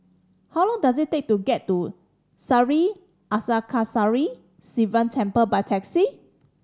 how long does it take to get to Sri Arasakesari Sivan Temple by taxi